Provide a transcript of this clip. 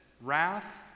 wrath